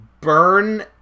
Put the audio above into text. burn